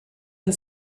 and